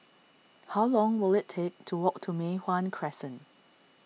how long will it take to walk to Mei Hwan Crescent